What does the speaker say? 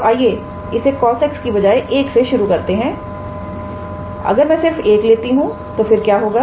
तो आइए इसे cosx की बजाए 1 से ही शुरु करते हैं अगर मैं सिर्फ 1 लेती हूं तो फिर क्या होगा